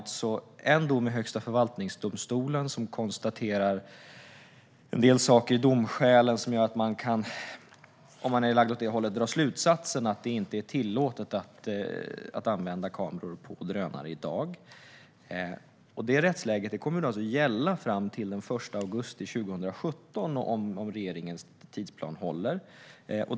Nu har vi en dom i Högsta förvaltningsdomstolen som konstaterar en del saker i domskälen som gör att man, om man är lagd åt det hållet, kan dra slutsatsen att det inte är tillåtet att använda kameror på drönare i dag. Det rättsläget kommer alltså att gälla fram till den 1 augusti 2017 om regeringens tidsplan håller.